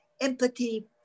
empathy